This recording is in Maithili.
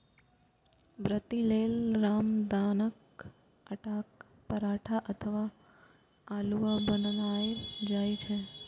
व्रती लेल रामदानाक आटाक पराठा अथवा हलुआ बनाएल जाइ छै